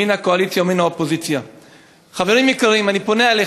מן הקואליציה ומן האופוזיציה,